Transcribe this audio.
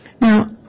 Now